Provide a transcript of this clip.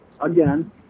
again